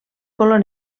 color